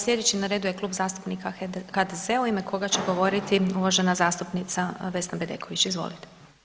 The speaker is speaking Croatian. Sljedeći na redu je Klub zastupnika HDZ-a u ime koga će govoriti uvažena zastupnica Vesna Bedeković, izvolite.